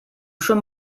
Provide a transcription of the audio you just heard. schon